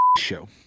Show